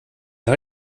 har